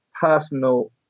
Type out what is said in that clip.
personal